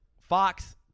Fox